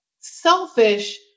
selfish